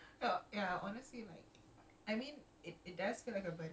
I mean I know you might not feel like it because it feels like